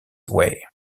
way